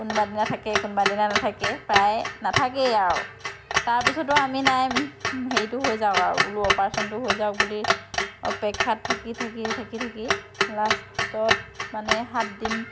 কোনোবা দিনা থাকে কোনোবা দিনা নাথাকে প্ৰায় নাথাকেই আৰু তাৰ পিছতো আমি নাই হেৰিটো হৈ যাওঁক আৰু বোলো অপাৰেচনটো হৈ যাওঁক বুলি অপেক্ষাত থাকি থাকি থাকি থাকি লাষ্টত মানে সাত দিন